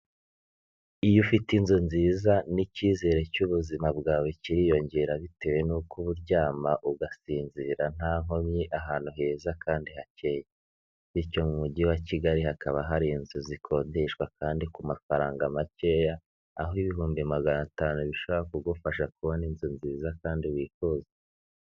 Iyo ufite inzu nziza n'icyizere cy'ubuzima bwawe kiriyongera bitewe nuko uba uryama ugasinzira nta nkomyi ahantu heza kandi hatekanye, bityo mu mujyi wa Kigali hakaba hari inzu zikodeshwa kandi ku mafaranga makeya, aho ibihumbi magana atanu bishobora kugufasha kubona inzu nziza kandi wifuza.